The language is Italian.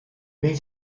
ben